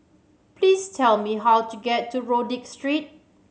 please tell me how to get to Rodyk Street